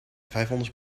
vijfhonderd